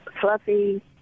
fluffy